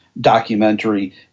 documentary